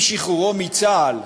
שחרורו מצה"ל,